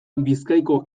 bizkaiko